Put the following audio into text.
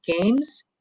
games